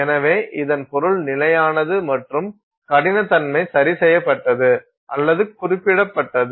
எனவே இதன் பொருள் நிலையானது மற்றும் கடினத்தன்மை சரி செய்யப்பட்டது அல்லது குறிப்பிடப்பட்டது